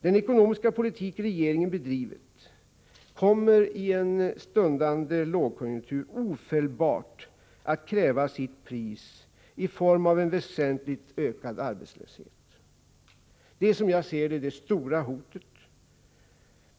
Den ekonomiska politik som regeringen har bedrivit kommer i en stundande lågkonjunktur ofelbart att kräva sitt pris i form av en väsentligt ökad arbetslöshet. Detta är, som jag ser det, det stora hotet.